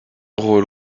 rôle